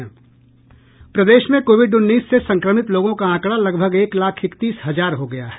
प्रदेश में कोविड उन्नीस से संक्रमित लोगों का आंकड़ा लगभग एक लाख इकतीस हजार हो गया है